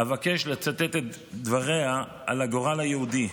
אבקש לצטט את דבריה על הגורל היהודי,